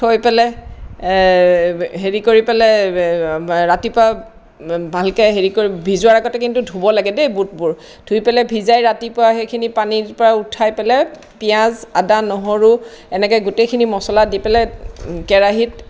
থৈ পেলাই হেৰি কৰি পেলাই ৰাতিপুৱা ভালকৈ হেৰি কৰি ভিজোৱাৰ আগতে কিন্তু ধুব লাগে দেই বুটবোৰ ধুই পেলাই ভিজাই ৰাতিপুৱা সেইখিনি পানীৰ পৰা উঠাই পেলাই পিঁয়াজ আদা নহৰু এনেকৈ গোটেইখিনি মচলা দি পেলাই কেৰাহীত